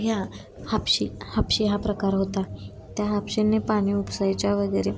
ह्या हापशी हापशी हा प्रकार होता त्या हापशेंनी पाणी उपसायच्या वगैरे